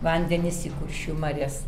vandenis į kuršių marias